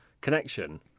connection